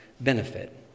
benefit